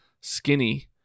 skinny